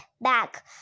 back